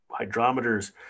hydrometers